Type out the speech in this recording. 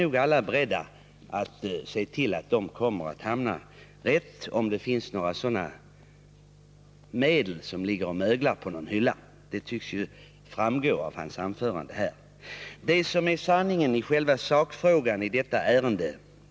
Om det finns några medel som ligger och möglar på någon hylla, vilket hans anförande tycks tyda på, är vi nog alla beredda att se till att de hamnar rätt. Sanningen i själva sakfrågan är följande.